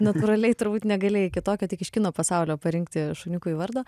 natūraliai turbūt negalėjai kitokio tik iš kino pasaulio parinkti šuniukui vardo